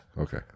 Okay